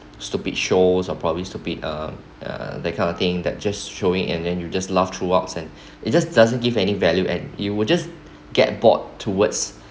stupid shows are probably stupid uh uh that kind of thing that just showing and then you just laugh throughout and it just doesn't give any value and you will just get bored towards